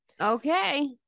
Okay